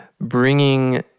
bringing